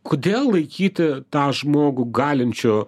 kodėl laikyti tą žmogų galinčiu